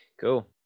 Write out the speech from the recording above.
Cool